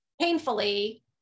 painfully